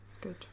Good